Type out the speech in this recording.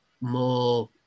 more